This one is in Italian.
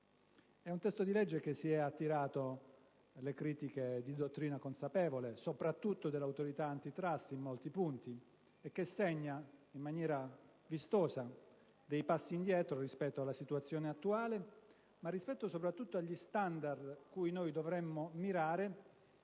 È un testo di legge che si è attirato le critiche di dottrina consapevole, soprattutto dell'Autorità *antitrust* in molti punti, che segna in maniera vistosa dei passi indietro rispetto alla situazione attuale e soprattutto rispetto agli *standard* cui noi dovremmo mirare